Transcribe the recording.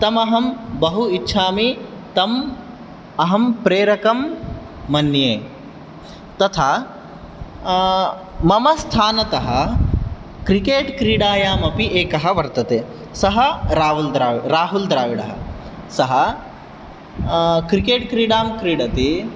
तमहं बहु इच्छामि तम् अहं प्रेरकं मन्ये तथा मम स्थानतः क्रिकेट् क्रीडायाम् अपि एकः वर्तते सः राहुल् द्रवि राहुल् द्रविडः सः क्रिकेट् क्रीडां क्रीडति